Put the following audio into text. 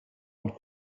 und